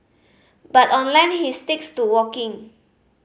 but on land he sticks to walking